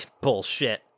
bullshit